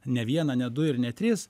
ne vieną ne du ir ne tris